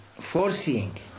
Foreseeing